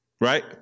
right